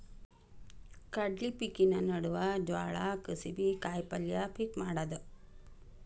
ಕಡ್ಲಿ ಪಿಕಿನ ನಡುವ ಜ್ವಾಳಾ, ಕುಸಿಬಿ, ಕಾಯಪಲ್ಯ ಪಿಕ್ ಮಾಡುದ